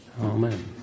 Amen